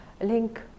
link